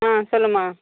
ஆ சொல்லும்மா